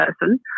person